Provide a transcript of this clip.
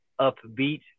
upbeat